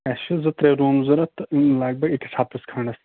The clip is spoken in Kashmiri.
اَسہِ چھِ زٕ ترٛےٚ روٗم ضروٗرت تہٕ لَگ بگ أکِس ہَفتَس کَھنٛڈس